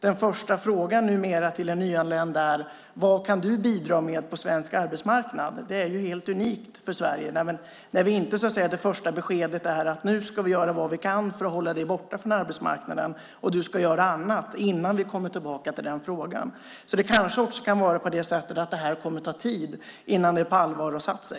Den första frågan numera till en nyanländ är: Vad kan du bidra med på svensk arbetsmarknad? Det är helt unikt för Sverige att det första beskedet inte är att nu ska vi göra vad vi kan för att hålla dig borta från arbetsmarknaden, och du ska göra annat innan vi kommer tillbaka till den frågan. Det här kanske kommer att ta tid innan det på allvar har satt sig.